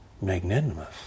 magnanimous